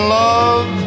love